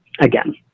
again